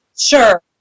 Sure